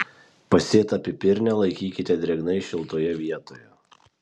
pasėtą pipirnę laikykite drėgnai šiltoje vietoje